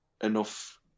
enough